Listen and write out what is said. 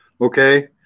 okay